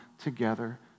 together